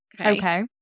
Okay